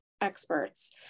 experts